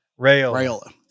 Rayola